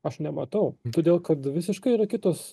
aš nematau todėl kad visiškai yra kitos